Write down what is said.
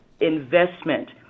investment